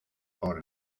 por